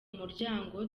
muryango